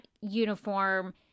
uniform